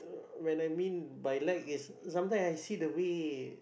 when I mean by like is sometime I see the way